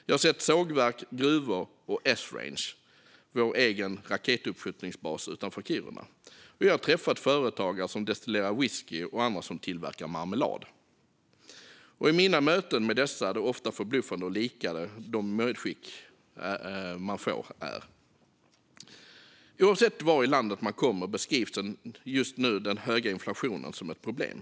Jag har sett sågverk, gruvor och Esrange, vår egen raketuppskjutningsbas utanför Kiruna. Jag har träffat företagare som destillerar whisky och andra som tillverkar marmelad. I mina möten med dessa företag är det ofta förbluffande hur likartade de medskick man får faktiskt är. Oavsett vart i landet man kommer beskrivs just nu den höga inflationen som ett problem.